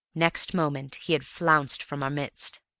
next moment he had flounced from our midst.